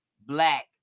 black